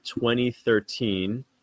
2013